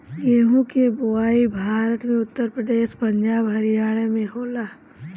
गेंहू के बोआई भारत में उत्तर प्रदेश, पंजाब, हरियाणा में होला